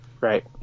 Right